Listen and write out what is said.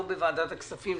לא בוועדת הכספים,